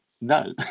no